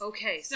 Okay